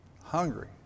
hungry